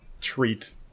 treat